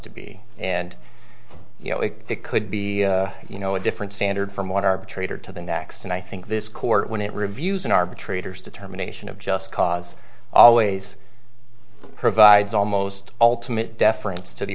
to be and you know like it could be you know a different standard from what arbitrator to the next and i think this court when it reviews an arbitrator's determination of just cause always provides almost all to mit deference to the